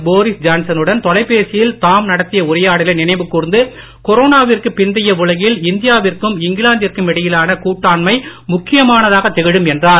Boris ஜான்சனுடன் தொலைபேசியில் தாம் நடத்திய உரையாடலை நினைவு கூர்ந்து கொரோனவிற்கு பிந்தைய உலகில் இந்தியாவிற்கும் இங்கிலாந்திற்கும் இடையிலான கூட்டாண்மை முக்கியமானதாக திகழும் என்றார்